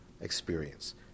experience